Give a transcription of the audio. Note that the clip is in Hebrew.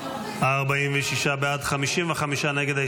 46 בעד, 55 נגד.